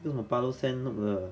那种 par low sand nook 的